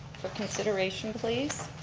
for consideration please.